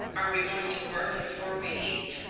are we going to work before we eat?